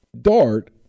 Dart